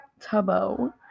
Tubbo